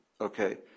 Okay